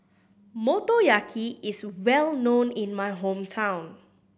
motoyaki is well known in my hometown